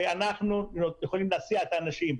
שאנחנו יכולים להסיע את האנשים.